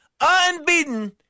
unbeaten